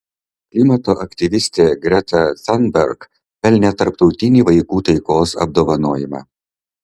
klimato aktyvistė greta thunberg pelnė tarptautinį vaikų taikos apdovanojimą